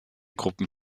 gruppen